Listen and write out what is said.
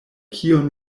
kion